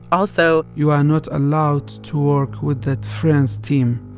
also. you are not allowed to work with the friends team.